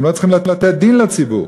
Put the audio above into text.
הם לא צריכים לתת דין לציבור.